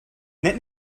net